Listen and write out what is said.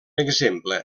exemple